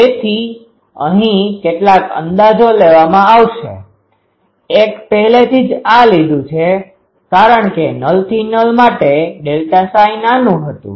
તેથી અહીં કેટલાક અંદાજો લેવામાં આવશે એક પહેલેથી જ આ લીધું છે કારણ કે નલથી નલ માટે ΔΨ નાનું હતું